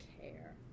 care